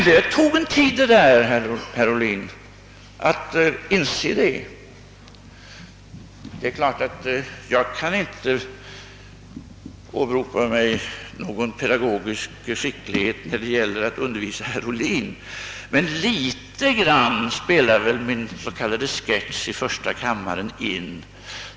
Det tog emellertid sin tid för herr Ohlin att inse detia. Jag kan ju inte åberopa någon pedagogisk skicklighet när det gäller att undervisa herr Ohlin, men litet grand spelade väl min s.k. sketch i första kammaren in.